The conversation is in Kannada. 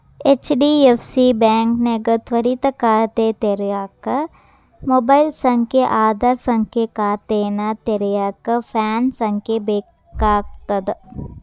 ಹೆಚ್.ಡಿ.ಎಫ್.ಸಿ ಬಾಂಕ್ನ್ಯಾಗ ತ್ವರಿತ ಖಾತೆ ತೆರ್ಯೋಕ ಮೊಬೈಲ್ ಸಂಖ್ಯೆ ಆಧಾರ್ ಸಂಖ್ಯೆ ಖಾತೆನ ತೆರೆಯಕ ಪ್ಯಾನ್ ಸಂಖ್ಯೆ ಬೇಕಾಗ್ತದ